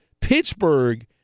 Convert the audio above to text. Pittsburgh